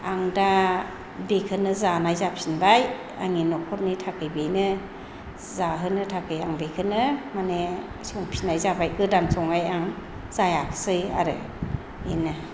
आं दा बेखोनो जानाय जाफिनबाय आंनि न'खरनि थाखाय बेनो जाहोनो थाखै आं बेखोनो माने संफिननाय जाबाय गोदान संनाय आं जायाखिसै आरो बेनो